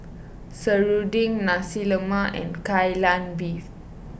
Serunding Nasi Lemak and Kai Lan Beef